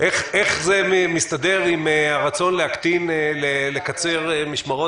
איך זה מתיישב עם הרצון לקצר משמרות?